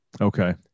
Okay